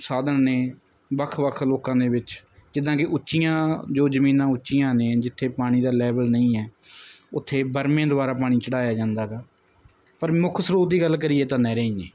ਸਾਧਨ ਨੇ ਵੱਖ ਵੱਖ ਲੋਕਾਂ ਦੇ ਵਿੱਚ ਜਿੱਦਾਂ ਕਿ ਉੱਚੀਆਂ ਜੋ ਜ਼ਮੀਨਾਂ ਉੱਚੀਆਂ ਨੇ ਜਿੱਥੇ ਪਾਣੀ ਦਾ ਲੈਵਲ ਨਹੀਂ ਹੈ ਉੱਥੇ ਬਰਮੇ ਦੁਆਰਾ ਪਾਣੀ ਚੜ੍ਹਾਇਆ ਜਾਂਦਾ ਗਾ ਪਰ ਮੁੱਖ ਸਰੋਤ ਦੀ ਗੱਲ ਕਰੀਏ ਤਾਂ ਨਹਿਰਾਂ ਹੀ ਨੇ